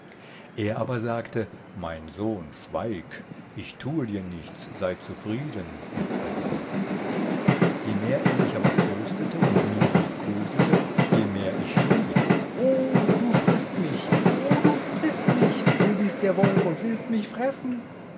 er aber sagte mein sohn schweig ich tue dir nichts sei zufrieden etc je mehr er mich aber tröstete und mir liebkoste je mehr ich schrie o du frißt mich o du frißt mich du bist der wolf und willst mich fressen